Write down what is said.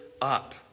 up